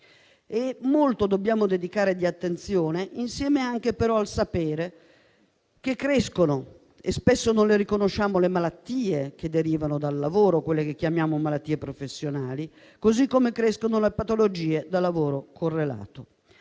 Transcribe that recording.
dobbiamo dedicare e contemporaneamente dobbiamo sapere che crescono, e spesso non le riconosciamo, le malattie che derivano dal lavoro, quelle che chiamiamo malattie professionali, così come crescono le patologie da lavoro correlato.